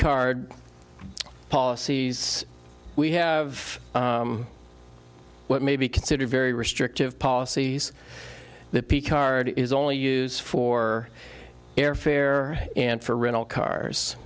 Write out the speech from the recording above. card policies we have what may be considered very restrictive policies the p card is only use for airfare and for rental cars